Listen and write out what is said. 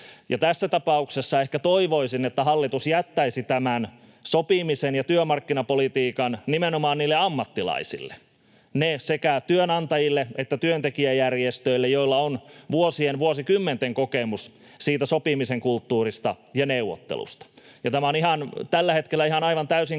Tässä tapauksessa ehkä toivoisin, että hallitus jättäisi tämän sopimisen ja työmarkkinapolitiikan nimenomaan niille ammattilaisille, sekä työnantajille että työntekijäjärjestöille, joilla on vuosien, vuosikymmenten kokemus siitä sopimisen kulttuurista ja neuvottelusta. Tämä on tällä hetkellä ihan aivan täysin kaino